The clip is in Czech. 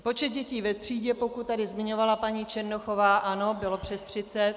Počet dětí ve třídě, pokud tady zmiňovala paní Černochová, ano, byl přes 30.